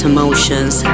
Emotions